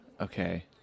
Okay